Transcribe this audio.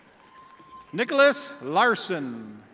nicholas larson.